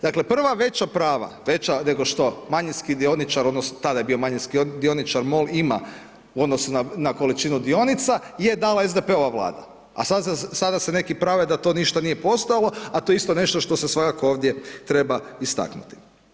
Dakle, prva veća prava, veća nego što dioničar, odnosno, tada je bio manjinski dioničar MOL ima u odnosu na količinu dionica je dala SDP-ova vlada, a sada se neki prave da to ništa nije postojalo, a to je isto nešto što se svakako ovdje treba istaknuti.